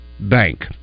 bank